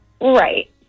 Right